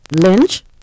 Lynch